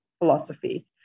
philosophy